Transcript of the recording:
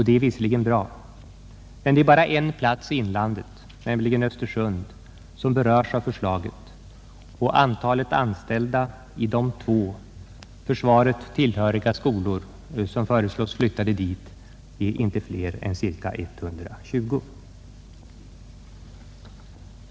Det är visserligen bra, men det är bara en plats i inlandet, nämligen Östersund, som berörs av förslaget, och antalet anställda i de två försvaret tillhöriga skolor, som föreslås bli flyttade dit, är inte större än ca 120.